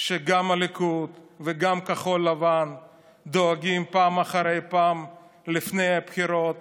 גם הליכוד וגם כחול לבן דואגים פעם אחרי פעם לפני הבחירות